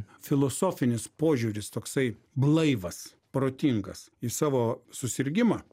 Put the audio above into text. filosofinis požiūris toksai blaivas protingas į savo susirgimą